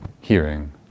hearing